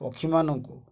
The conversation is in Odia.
ପକ୍ଷୀମାନଙ୍କୁ